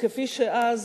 וכפי שאז,